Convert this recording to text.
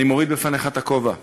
אני מוריד את הכובע בפניך.